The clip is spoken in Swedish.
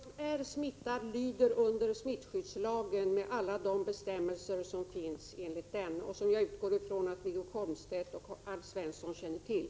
Herr talman! Den som är smittad lyder under smittskyddslagen med alla bestämmelser som finns där och som jag utgår ifrån att Wiggo Komstedt och Alf Svensson känner till.